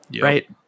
Right